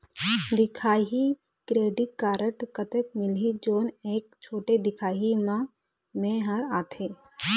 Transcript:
दिखाही credit card कतक मिलही जोन एक छोटे दिखाही म मैं हर आथे?